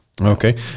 Okay